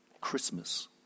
Christmas